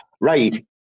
Right